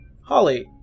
Holly